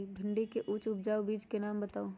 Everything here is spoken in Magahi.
भिंडी के उच्च उपजाऊ बीज के नाम बताऊ?